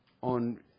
on